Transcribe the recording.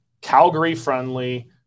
Calgary-friendly